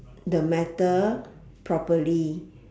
the matter properly